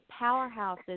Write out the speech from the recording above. powerhouses